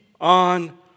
on